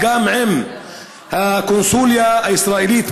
וגם עם הקונסוליה הישראלית